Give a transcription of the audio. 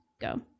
go